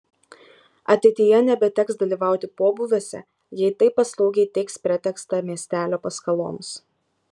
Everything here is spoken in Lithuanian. ateityje nebeteks dalyvauti pobūviuose jei taip paslaugiai teiks pretekstą miestelio paskaloms